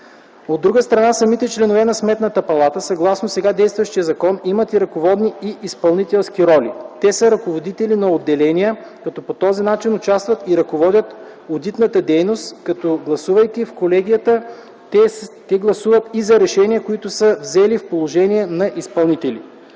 От друга страна, самите членове на Сметната палата, съгласно сега действащия закон, имат и ръководни, и изпълнителски роли. Те са ръководители на отделения, като по този начин участват и ръководят одитната дейност, като гласувайки в колегията, те гласуват и за решения, които са взели в положение на изпълнители.